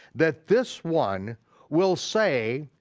that this one will say,